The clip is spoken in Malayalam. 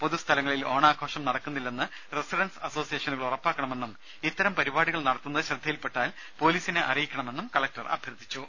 പൊതു സ്ഥലങ്ങളിൽ ഓണാഘോഷം നടക്കുന്നില്ലെന്നു റസിഡന്റ്സ് അസോസിയേഷനുകൾ ഉറപ്പാക്കണമെന്നും ഇത്തരം പരിപാടികൾ നടത്തുന്നതു ശ്രദ്ധയിൽപ്പെട്ടാൽ പൊലീസിനെ അറിയിക്കണമെന്നും കളക്ടർ അഭ്യർഥിച്ചു